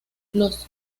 los